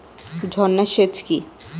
ঝর্না সেচ কি?